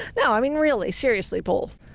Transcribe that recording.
no i mean really seriously both.